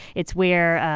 it's where,